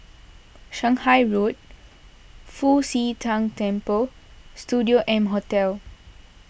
Shanghai Road Fu Xi Tang Temple and Studio M Hotel